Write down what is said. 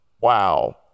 wow